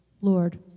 Lord